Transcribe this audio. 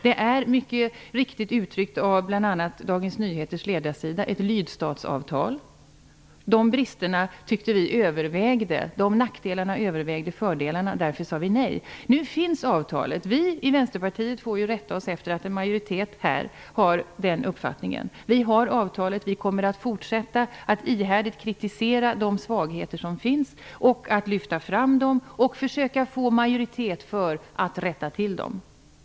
Det är, som bl.a. Dagens Nyheters ledarsida mycket riktigt uttryckte det, ett lydstatsavtal. Vi tyckte att bristerna och nackdelarna övervägde fördelarna. Därför sade vi nej. Nu finns avtalet. Vi i Vänsterpartiet får ju rätta oss efter majoritetens uppfattning, men vi kommer att fortsätta att ihärdigt kritisera de svagheter som finns, lyfta fram dem och försöka att få majoritet för att rätta till dem.